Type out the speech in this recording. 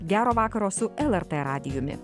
gero vakaro su lrt radijumi